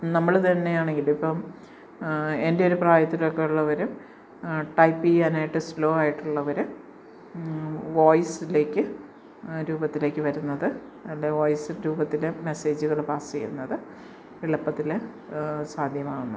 നമ്മൾ തന്നെയാണ് ഇത് ഇപ്പം എൻ്റെ ഒരു പ്രായത്തിലൊക്കെയുള്ളവർ ടൈപ്പ് ചെയ്യാനായിട്ട് സ്ലോ ആയിട്ടുള്ളവർ വോയ്സിലേക്ക് രൂപത്തിലേക്ക് വരുന്നത് എൻ്റെ വോയിസ് രൂപത്തിൽ മെസ്സേജുകൾ പാസ് ചെയ്യുന്നത് എളുപ്പത്തിൽ സാധ്യമാകുന്നു